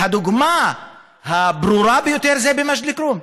והדוגמה הברורה ביותר זה במג'ד אל-כרום.